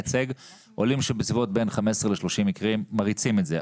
עולים שם בין 15 ל-30 מקרים ומריצים את זה.